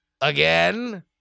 again